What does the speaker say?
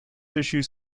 issues